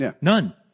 None